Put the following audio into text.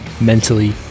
mentally